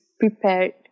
Prepared